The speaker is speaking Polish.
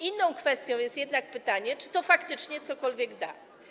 Inną kwestią jest jednak pytanie, czy to faktycznie cokolwiek da.